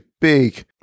big